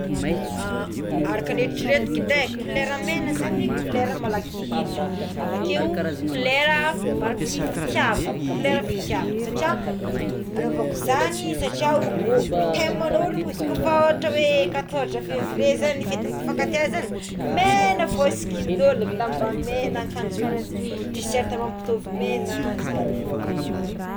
Araka ny eritreretiko edy e kolera mena zagny kolera malaky hita avakeo kolera mariky fitiavana marika fitiavana satria anaovako zagny satri ao teman'ologno izy kôfa ohatra hoe quatorze fevrie tamigny fety ny mpifankatia zagny mena fogna sikinign'olo lamba mena akanjo tiserta mampitovy mena zagny é.